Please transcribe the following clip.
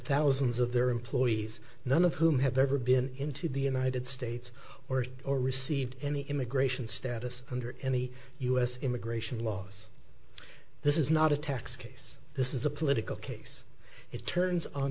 thousands of their employees none of whom have ever been into the united states or or received any immigration status under any us immigration laws this is not a tax case this is a political case it turns on